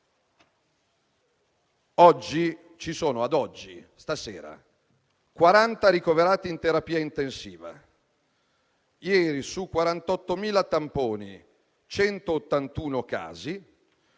vi sono 40 ricoverati in terapia intensiva. Ieri, su 48.000 tamponi, 181 casi.